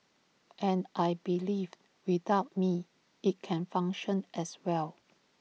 and I believe without me IT can function as well